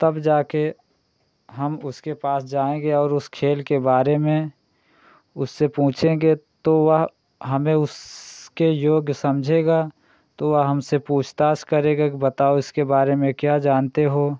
तब जाकर हम उसके पास जाएँगे और उस खेल के बारे में उससे पूछेंगे तो वह हमें उस के योग्य समझेगा तो वह हमसे पूछताछ करेगा कि बताओ इसके बारे में क्या जानते हो